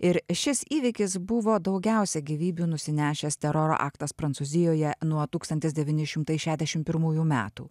ir šis įvykis buvo daugiausia gyvybių nusinešęs teroro aktas prancūzijoje nuo nuo tūkstantis devyni šimtai šedešim pirmųjų metų